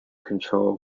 control